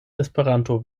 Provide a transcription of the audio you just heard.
esperanto